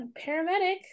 paramedic